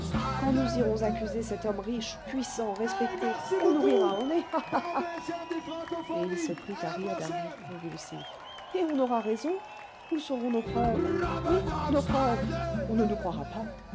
quand nous irons accuser cet homme riche puissant respecté on nous rira au nez ah ah ah et il se prit à rire d'un rire convulsif et on aura raison où seront nos preuves oui nos preuves on ne nous croira pas